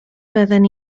fydden